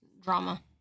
drama